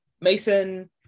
Mason